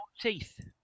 teeth